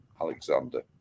Alexander